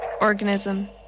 organism